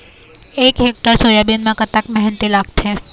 एक hectare soybean म कतक मेहनती लागथे?